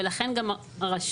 ולכן גם הרשות,